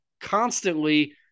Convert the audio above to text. constantly